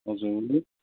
हजुर